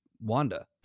Wanda